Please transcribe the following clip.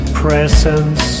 presence